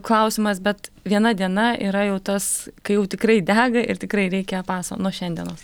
klausimas bet viena diena yra jau tas kai jau tikrai dega ir tikrai reikia paso nuo šiandienos